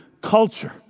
culture